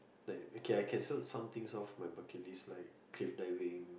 okay I can show you something of my bucket list like cave diving